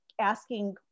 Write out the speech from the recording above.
asking